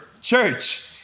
church